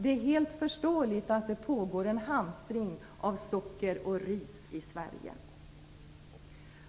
Det är helt förståeligt att det pågår hamstring av socker och ris i Sverige.